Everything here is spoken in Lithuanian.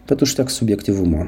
tad užteks subjektyvumo